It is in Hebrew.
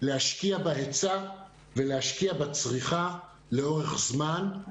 להשקיע בהיצע ולהשקיע בצריכה לאורך זמן,